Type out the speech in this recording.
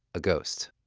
a ghost.